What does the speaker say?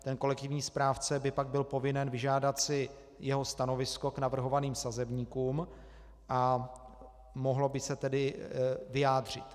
Ten kolektivní správce by pak byl povinen vyžádat si jeho stanovisko k navrhovaným sazebníkům a mohlo by se tedy vyjádřit.